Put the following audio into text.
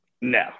No